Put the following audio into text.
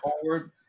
forward